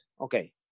Okay